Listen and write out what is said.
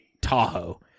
Tahoe